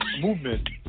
movement